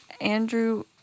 Andrew